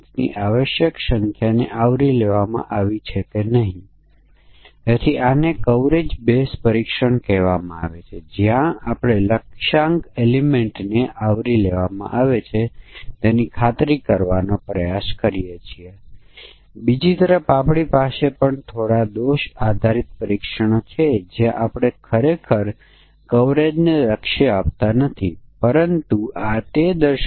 આપણે કેટલાક ઉદાહરણનો પ્રયાસ કર્યો અને પછી આપણે જોયું કે જ્યારે એકમ ઘણા બધા પરિમાણોનું પરીક્ષણ કરે છે અને પછી આપણે આ દરેક પરિમાણો માટે બહુવિધ ઇનપુટ ડોમેન્સનું મોડેલ બનાવવું પડશે અને જો આ પરિમાણો સ્વતંત્ર છે તો પછી આપણે બે પરિમાણો માટે સમકક્ષ વર્ગના તમામ સંભવિત સંયોજનો ધ્યાનમાં લેવું પડશે